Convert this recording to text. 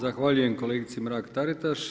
Zahvaljujem kolegici Mrak-Taritaš.